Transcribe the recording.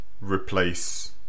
replace